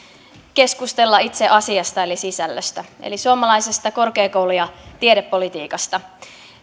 keskustella itse asiasta eli sisällöstä eli suomalaisesta korkeakoulu ja tiedepolitiikasta